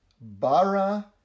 bara